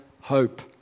hope